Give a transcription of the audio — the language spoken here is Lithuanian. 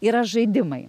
yra žaidimai